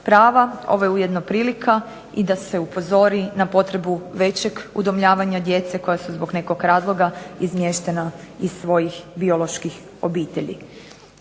prava, ovo je ujedno prilika i da se upozori na potrebu većeg udomljavanja djece koja su zbog nekog razloga izmještena iz svojih bioloških obitelji.